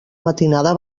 matinada